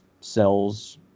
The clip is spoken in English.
cells